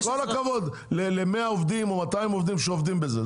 עם כל הכבוד ל- 100 עובדים או 200 עובדים שעובדים בזה,